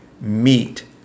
meat